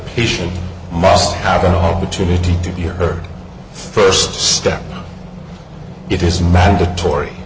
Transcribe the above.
patient must have an opportunity to hear her first step it is mandatory